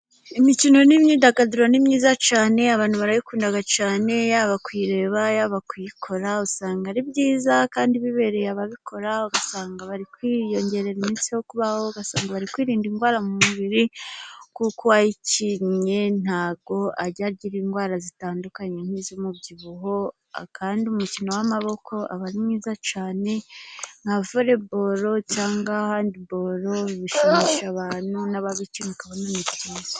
Imikino n'imyidagaduro ni myiza cyane, abantu barayikunda cyane, yaba kuyireba yaba kuyikora, usanga ari byiza kandi bibereye, ababikora usanga bari kwiyongerera iminsi yo kubaho, bari kwirinda indwara mu mubiri kuko uwayikinnye ntago ajya agira indwara zitandukanye nk'iz'umubyibuho kandi umukino w'amaboko aba ari mwiza cyane nka volley ball cyangwa handball, bishimisha abantu n'ababikina ukabona nibyiza.